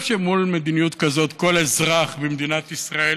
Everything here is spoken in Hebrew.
שמול מדיניות כזאת כל אזרח במדינת ישראל